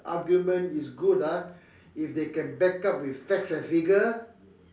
argument is good ah if they can back up with facts and figure